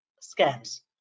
scans